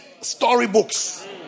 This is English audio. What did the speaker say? storybooks